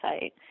site